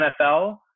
NFL